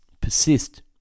persist